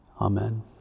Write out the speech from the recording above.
amen